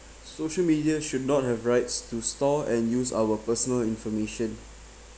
social media should not have rights to store and use our personal information